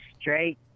straight